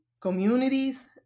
communities